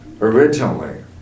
originally